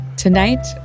Tonight